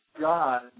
God